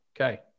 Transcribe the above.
Okay